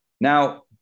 Now